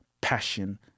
passion